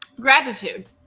Gratitude